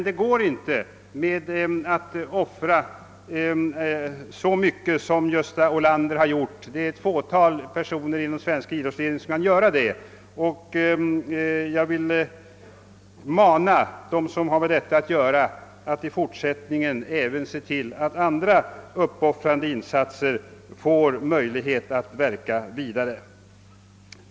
Det är dock endast ett fåtal personer inom svensk idrottsrörelse, som kan offra så mycket som Gösta Olander gjort. Jag vill därför mana dem som har att ägna sig åt detta att i fortsättningen se till att möjligheter skapas även för andra uppoffrande insatser.